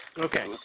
Okay